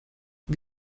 wie